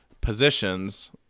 positions